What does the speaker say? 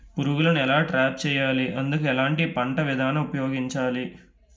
పురుగులను ఎలా ట్రాప్ చేయాలి? అందుకు ఎలాంటి పంట విధానం ఉపయోగించాలీ?